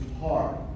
hard